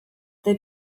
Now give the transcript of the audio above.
they